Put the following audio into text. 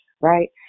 right